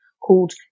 called